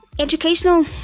educational